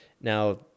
Now